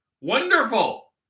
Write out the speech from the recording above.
Wonderful